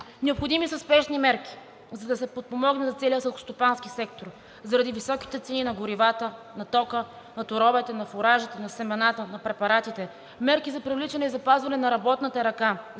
Необходими са спешни мерки, за да се подпомогне целият селскостопански сектор заради високите цени на горивата, на тока, на торовете, на фуражите, на семената, на препаратите, мерки за привличане и запазване на работната ръка,